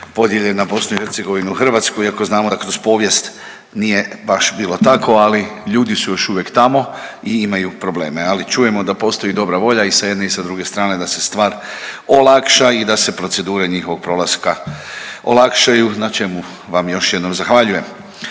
podijeljen na BIH i Hrvatsku iako znamo da kroz povijest nije baš bilo tako ali ljudi su još uvijek tamo i imaju probleme. Ali čujemo da postoji dobra volja i sa jedne i sa druge strane da se stvar olakša i da se procedure njihovog prolaska olakšaju na čemu vam još jednom zahvaljujem.